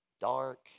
dark